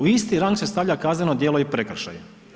U isti rang se stavlja kazneno djelo i prekršaj?